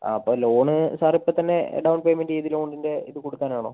അപ്പോൾ loan sir ഇപ്പം തന്നെ ഡൗൺ പേയ്മെൻറ്റ് ചെയ്ത് ലോണിൻ്റെ ഇത് കൊടുക്കാൻ ആണോ